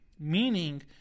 meaning